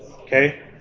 Okay